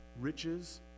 riches